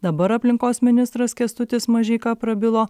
dabar aplinkos ministras kęstutis mažeika prabilo